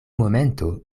momento